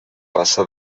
passa